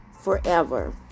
forever